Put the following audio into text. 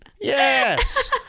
Yes